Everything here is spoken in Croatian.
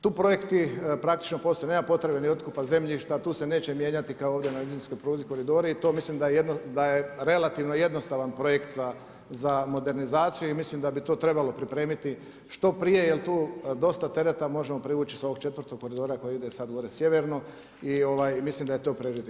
Tu projekti praktično postoje, nema potrebe ni otkupa zemljišta, tu se neće mijenjati kao ovdje na nizinskoj pruzi koridori i to mislim da je relativno jednostavan projekt za modernizaciju i mislim da bi to trebalo pripremiti što prije jel tu dosta tereta možemo privući sa ovog 4. koridora koji ide gore sjeverno i mislim da je to prioritet.